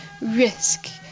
risk